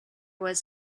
was